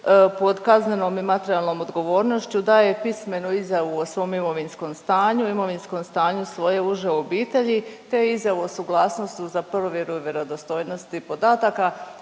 pod kaznenom i materijalnom odgovornošću daje pismenu izjavu o svom imovinskom stanju, imovinskom stanju svoje uže obitelji te izjavu o suglasnosti za provjeru vjerodostojnosti podataka,